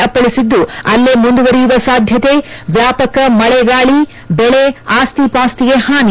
ಅಪ್ಪಳಿಸಿದ್ದು ಅಲ್ಲೇ ಮುಂದುವರಿಯುವ ಸಾಧ್ಯತೆ ವ್ಯಾಪಕ ಮಳೆ ಗಾಳಿ ಬೆಳೆ ಆಸ್ತಿ ಪಾಸ್ತಿಗೆ ಹಾನಿ